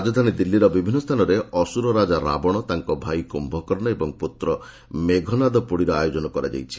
ରାଜଧାନୀ ଦିଲ୍ଲୀର ବିଭିନ୍ନ ସ୍ଥାନରେ ଅସୁର ରାଜା ରାବଣ ତାଙ୍କ ଭାଇ କ୍ୟୁକର୍ଣ୍ଣ ଓ ପୁତ୍ର ମେଘନାଦ ପୋଡ଼ିର ଆୟୋଜନ କରାଯାଇଛି